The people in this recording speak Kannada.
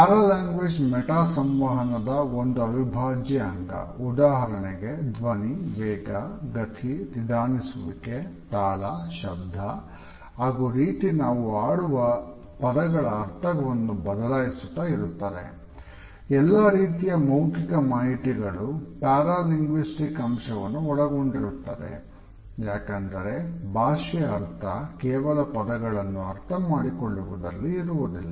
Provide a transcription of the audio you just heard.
ಪ್ಯಾರಾ ಲ್ಯಾಂಗ್ವೇಜ್ ಮೆಟಾ ಸಂವಹನದ ಅಂಶವನ್ನು ಒಳಗೊಂಡಿರುತ್ತದೆ ಯಾಕಂದರೆ ಭಾಷೆಯ ಅರ್ಥ ಕೇವಲ ಪದಗಳನ್ನು ಅರ್ಥ ಮಾಡಿಕೊಳ್ಳುವುದರಲ್ಲಿ ಇರುವುದಿಲ್ಲ